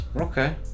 Okay